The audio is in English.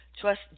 Trust